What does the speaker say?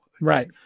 Right